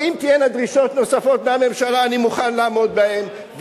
ואם תהיינה דרישות נוספות מהממשלה אני מוכן לעמוד בהן,